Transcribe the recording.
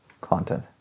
content